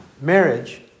marriage